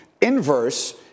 inverse –